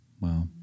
Wow